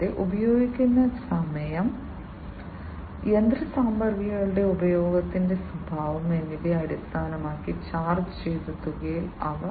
കൂടാതെ ഉപയോഗിക്കുന്ന സമയം യന്ത്രസാമഗ്രികളുടെ ഉപയോഗത്തിന്റെ സ്വഭാവം എന്നിവയെ അടിസ്ഥാനമാക്കി ചാർജ്ജ് ചെയ്ത തുകയിൽ അവ ഈടാക്കാം